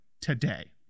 today